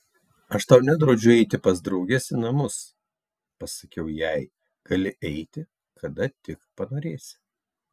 aš tau nedraudžiu eiti pas drauges į namus pasakiau jai gali eiti kada tik panorėsi